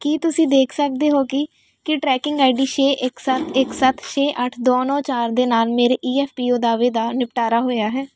ਕੀ ਤੁਸੀਂ ਦੇਖ ਸਕਦੇ ਹੋ ਕੀ ਕਿ ਟਰੈਕਿੰਗ ਆਈ ਡੀ ਛੇ ਇੱਕ ਸੱਤ ਇੱਕ ਸੱਤ ਛੇ ਅੱਠ ਦੋ ਨੌਂ ਚਾਰ ਦੇ ਨਾਲ ਮੇਰੇ ਈ ਐੱਫ ਪੀ ਓ ਦਾਅਵੇ ਦਾ ਨਿਪਟਾਰਾ ਹੋਇਆ ਹੈ